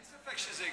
אין ספק שזו גאווה.